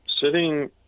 sitting